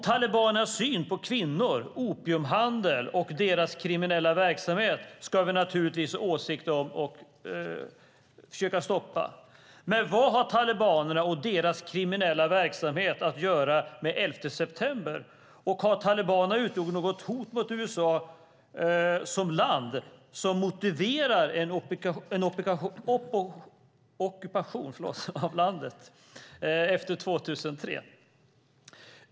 Talibanernas syn på kvinnor, opiumhandel och deras kriminella verksamhet ska vi naturligtvis ha åsikter om och försöka stoppa. Men vad har talibanerna och deras kriminella verksamhet att göra med elfte september? Och har talibanerna utgjort något hot mot USA som land som motiverar en ockupation av landet efter 2003?